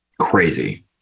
Crazy